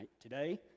today